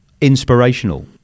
inspirational